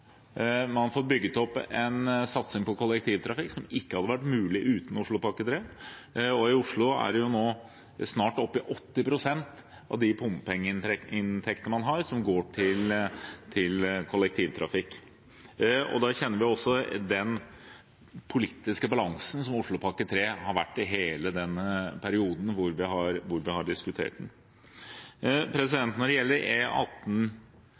Man får bygget opp en satsing på kollektivtrafikk som ikke hadde vært mulig uten Oslopakke 3. I Oslo er man snart oppe i 80 pst. andel av bompengeinntekter som går til kollektivtrafikk. Vi kjenner også den politiske balansen som Oslopakke 3 har vært i, gjennom hele denne perioden som vi har diskutert den. Når det gjelder